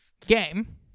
Game